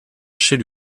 chez